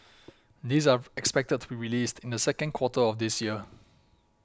these are expected to be released in the second quarter of this year